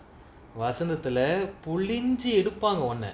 wasn't that the lab pauline dear to pang on it